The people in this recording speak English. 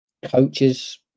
Coaches